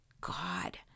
God